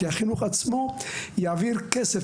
כי החינוך עצמו יעביר כסף.